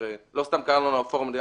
הרי לא סתם קראנו לו הפורום הדיגיטלי,